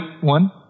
one